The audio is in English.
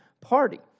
party